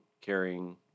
carrying